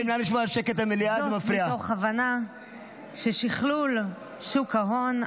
זאת מתוך הבנה ששכלול שוק ההון,